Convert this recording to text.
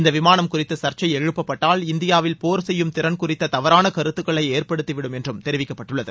இந்த விமானம் குறித்து சா்ச்சை எழுப்பப்பட்டால் இந்தியாவில் போா் செய்யும் திறன் குறித்த தவறான கருத்துக்களை ஏற்படுத்திவிடும் என்றும் தெரிவிக்கப்பட்டுள்ளது